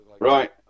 right